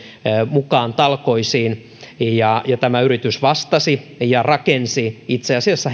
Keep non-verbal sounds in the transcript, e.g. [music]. mukaan talkoisiin ja tämä yritys vastasi ja hankki itse asiassa [unintelligible]